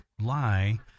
lie